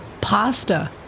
pasta